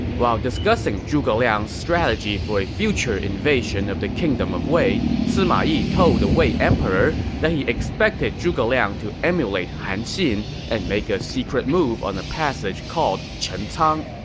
while discussing zhuge liang's strategy for a future invasion of the kingdom of wei, sima yi told the wei emperor that he expected zhuge liang to emulate han xin and make a secret move on a passage called chencang.